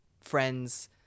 friends